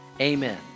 Amen